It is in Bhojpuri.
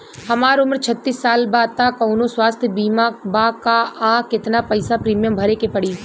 हमार उम्र छत्तिस साल बा त कौनों स्वास्थ्य बीमा बा का आ केतना पईसा प्रीमियम भरे के पड़ी?